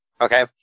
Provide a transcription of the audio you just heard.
okay